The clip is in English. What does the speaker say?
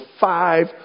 five